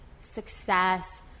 success